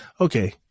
okay